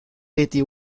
reti